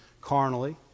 carnally